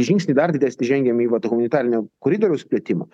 žingsnį dar didesnį žengiam į vat humanitarinio koridoriaus plėtimą